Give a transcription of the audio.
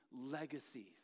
legacies